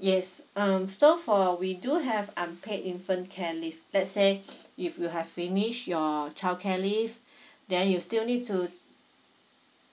yes mm so for we do have unpaid infant care leave let's say if you have finish your childcare leave then you still need to